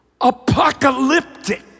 apocalyptic